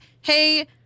hey